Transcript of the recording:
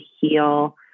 heal